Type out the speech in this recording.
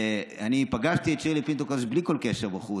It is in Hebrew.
אני פגשתי את שירלי פינטו קדוש בלי כל קשר בחוץ.